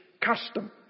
custom